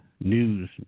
news